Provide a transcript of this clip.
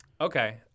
Okay